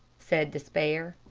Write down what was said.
said despair.